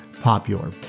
popular